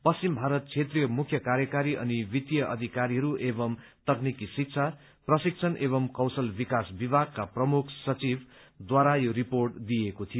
पश्चिम भारत क्षेत्रीय मुख्य कार्यकारी अनि वित्तीय अधिकारीहरू एवं तकनिकी शिक्षा प्रशिक्षण एवं कौशल विकास विभागका प्रमुख सचिवद्वारा यो रिपोर्ट दिइएको थियो